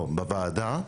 פה בוועדה,